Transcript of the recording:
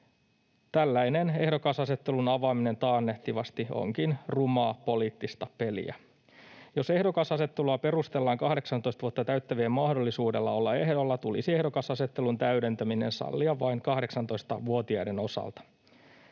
Tällainen ehdokasasettelun avaaminen taannehtivasti onkin rumaa poliittista peliä. Jos ehdokasasettelua perustellaan 18 vuotta täyttävien mahdollisuudella olla ehdolla, tulisi ehdokasasettelun täydentäminen sallia vain 18-vuotiaiden osalta.